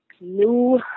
new